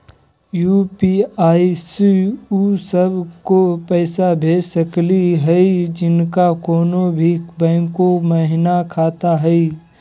UPI स उ सब क पैसा भेज सकली हई जिनका कोनो भी बैंको महिना खाता हई?